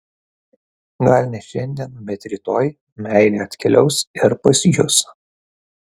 gal ne šiandien bet rytoj meilė atkeliaus ir pas jus